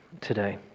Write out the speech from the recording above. today